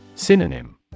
Synonym